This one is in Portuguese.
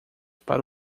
para